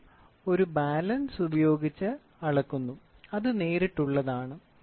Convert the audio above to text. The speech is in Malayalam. ഭാരം ഒരു ബാലൻസ് ഉപയോഗിച്ച് അളക്കുന്നു അത് നേരിട്ടുള്ളതാണ്